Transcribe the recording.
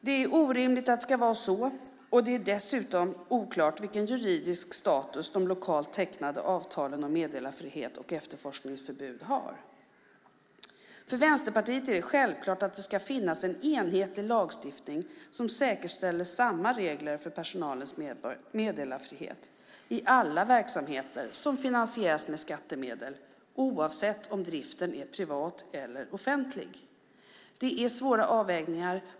Det är orimligt att det ska vara så, och det är dessutom oklart vilken juridisk status de lokalt tecknade avtalen om meddelarfrihet och efterforskningsförbud har. För Vänsterpartiet är det självklart att det ska finnas en enhetlig lagstiftning som säkerställer samma regler för personalens meddelarfrihet i alla verksamheter som finansieras med skattemedel, oavsett om driften är offentlig eller privat. Det är svåra avvägningar.